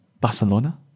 Barcelona